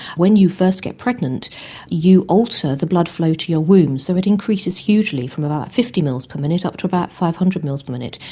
when you first get pregnant you alter the blood flow to your womb so it increases hugely from about fifty mls per minute up to about five hundred mls per minute,